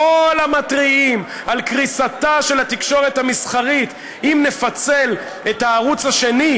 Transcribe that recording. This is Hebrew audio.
כל המתריעים על קריסתה של התקשורת המסחרית אם נפצל את הערוץ השני,